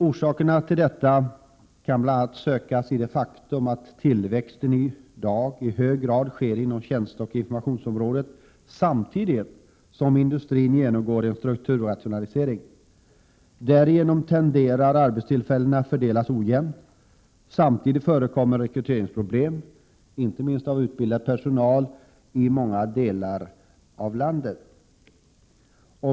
Orsakerna till detta skall bl.a. sökas i det faktum att tillväxten i dag i hög grad sker inom tjänsteoch informationsområdet samtidigt som industrin genomgår en strukturrationalisering. Därigenom tenderar arbetstillfällena att fördelas ojämnt. Samtidigt förekommer rekryteringsproblem — icke minst beträffande utbildad personal —i många delar av landet.